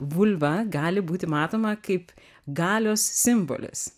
vulva gali būti matoma kaip galios simbolis